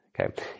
Okay